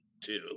two